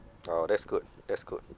orh that's good that's good